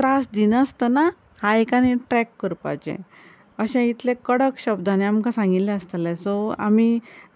त्रास दिना आसतना हायक आनी ट्रॅक करपाचे अशें इतले कडक शब्दानी आमकां सांगिल्लें आसतालें सो आमी